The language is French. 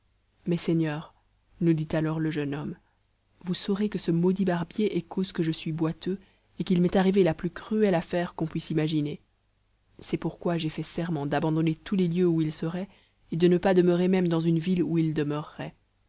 mes seigneurs nous dit alors le jeune homme vous saurez que ce maudit barbier est cause que je suis boiteux et qu'il m'est arrivé la plus cruelle affaire qu'on puisse imaginer c'est pourquoi j'ai fait serment d'abandonner tous les lieux où il serait et de ne pas demeurer même dans une ville où il demeurerait